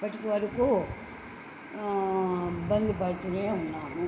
ఇప్పటి వరకు ఇబ్బందిపడుతు ఉన్నాము